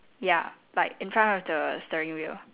ya like in front of the steering wheel